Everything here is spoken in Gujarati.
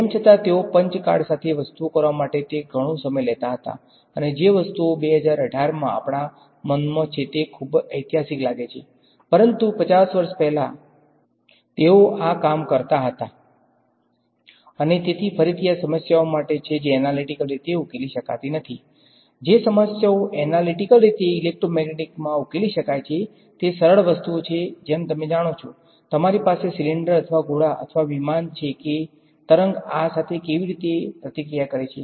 તેમ છતાં તેઓ પંચ કાર્ડ સાથે વસ્તુઓ કરવા માટે જે ઘણો સમય લેતા હતા અને જે વસ્તુઓ 2018 માં આપણા મનમાં છે તે ખૂબ ઐતિહાસિક લાગે છે પરંતુ ૫૦ વર્ષ પહેલાં તેઓ આ કામ કરતા હતા અને તેથી ફરીથી આ સમસ્યાઓ માટે છે જે એનાલીટીકલ રીતે ઉકેલી શકાતી નથી જે સમસ્યાઓ એનાલીટીકલ રીતે ઇલેક્ટ્રોમેગ્નેટિક્સમાં ઉકેલી શકાય છે તે સરળ વસ્તુઓ છે જેમ તમે જાણો છો તમારી પાસે સિલિન્ડર અથવા ગોળા અથવા વિમાન છે કે તરંગ આ સાથે કેવી રીતે ક્રિયા પ્રતિક્રિયા કરે છે